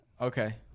Okay